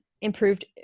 improved